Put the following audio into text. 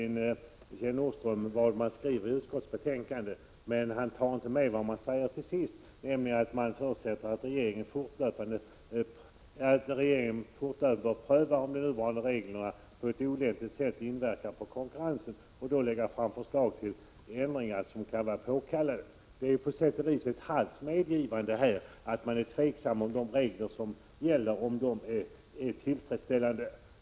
Kjell Nordström nämnde vad majoriteten skrivit i betänkandet, men han tog inte med det som står om att man förutsätter att regeringen fortlöpande prövar om de nuvarande reglerna på ett olämpligt sätt inverkar på konkurrensen och lägger fram förslag om ändringar som kan vara påkallade. Det är ett halvt medgivande av att man är tveksam till om de regler som gäller är tillfredsställande.